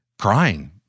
crying